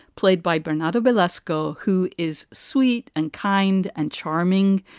played by bernardo belasco, who is sweet and kind and charming.